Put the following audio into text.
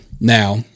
Now